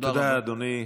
תודה רבה.